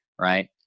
Right